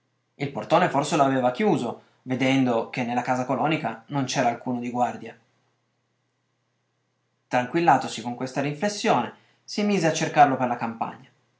il portone forse lo aveva chiuso vedendo che nella casa colonica non c'era alcuno di guardia tranquillatosi con questa riflessione si mise a cercarlo per la campagna